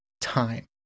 Time